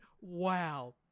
wow